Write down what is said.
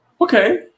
Okay